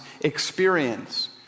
experience